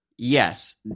Yes